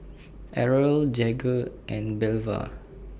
Errol Jagger and Belva